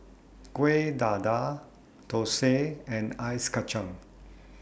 Kuih Dadar Thosai and Ice